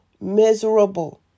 Miserable